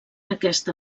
aquesta